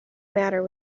matter